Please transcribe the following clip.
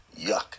yuck